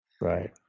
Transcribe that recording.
right